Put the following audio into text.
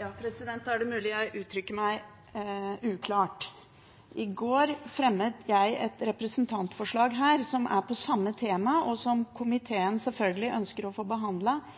Det er mulig jeg uttrykker meg uklart. I går fremmet jeg et representantforslag om samme tema, og som komiteen selvfølgelig ønsker å få